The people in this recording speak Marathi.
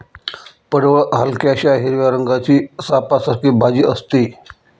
पडवळ हलक्याशा हिरव्या रंगाची सापासारखी भाजी असते